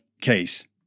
case